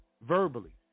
Verbally